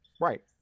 right